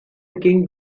king